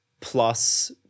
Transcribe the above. plus